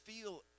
feel